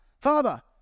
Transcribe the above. Father